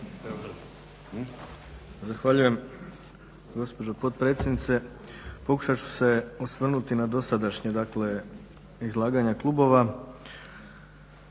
Zahvaljujem gospođo potpredsjednice. Pokušat ću se osvrnuti na dosadašnje, dakle izlaganje klubova.